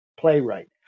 playwright